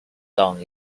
down